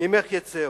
ממך יצאו.